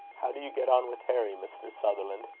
how do you get on with harry, mr. sutherland?